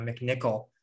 McNichol